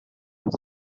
have